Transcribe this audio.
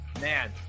man